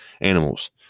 animals